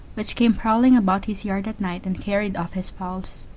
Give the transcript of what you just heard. which came prowling about his yard at night and carried off his fowls.